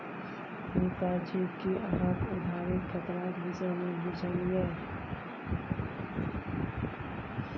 रीता जी कि अहाँक उधारीक खतराक विषयमे बुझल यै?